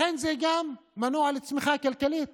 לכן, זה גם מנוע לצמיחה כלכלית